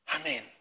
Amen